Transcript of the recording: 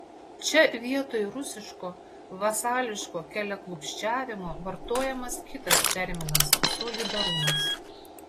čia vietoj rusiško vasališko keliaklupsčiavimo vartojamas kitas terminas solidarumas